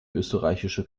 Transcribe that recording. österreichische